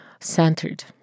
centered